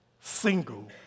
single